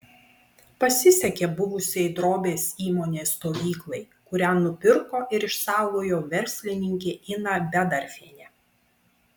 pasisekė buvusiai drobės įmonės stovyklai kurią nupirko ir išsaugojo verslininkė ina bedarfienė